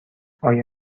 آیا